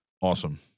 awesome